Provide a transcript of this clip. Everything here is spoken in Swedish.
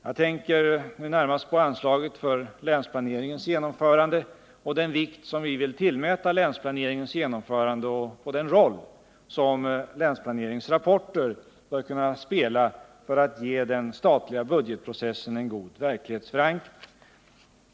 Jag tänker nu närmast på anslaget för länsplaneringens genomförande, på den vikt som vi vill tillmäta länsplaneringens genomförande och på den roll som länsplaneringens rapporter bör kunna spela för att ge den statliga budgetprocessen en god verklighetsförankring.